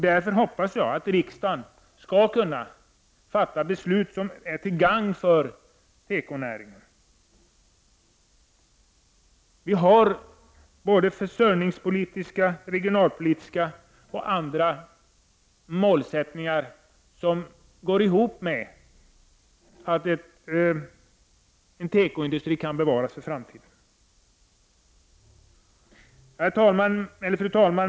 Därför hoppas jag att riksdagen skall kunna fatta beslut som är till gagn för tekonäringen. Vi har försörjningspolitiska, regionalpolitiska och andra målsättningar som går ihop med att tekoindustrin kan bevaras för framtiden. Fru talman!